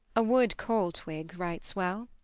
a wood-coal twig writes well.